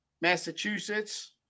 Massachusetts